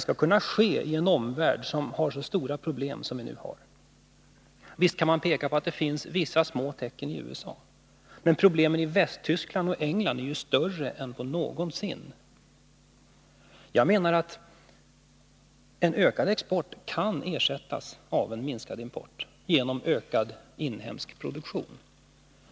skall kunna äga rum i en omvärld som har så stora problem som nu. Visst kan man peka på att det finns många tecken i USA. Men problemen i Västtyskland och England är ju större än någonsin. Vi menar att en ökad export kan ersättas av en minskad import genom ökad inhemsk produktion.